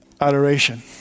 adoration